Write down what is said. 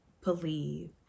believe